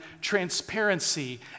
transparency